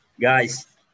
guys